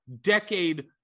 decade